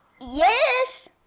Yes